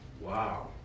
Wow